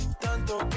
Tanto